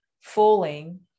falling